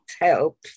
help